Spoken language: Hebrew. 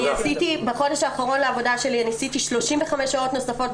בחודש האחרון לעבודה שלי עשיתי 35 שעות נוספות,